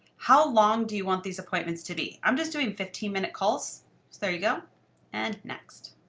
how long do you want these appointments to be? i'm just doing fifteen minute calls. so there you go and next.